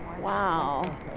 Wow